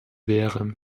wäre